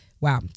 Wow